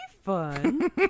fun